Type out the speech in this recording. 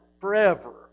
forever